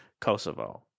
Kosovo